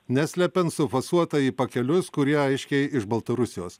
neslepiant sufasuota į pakelius kurie aiškiai iš baltarusijos